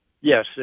Yes